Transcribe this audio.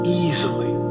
easily